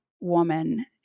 woman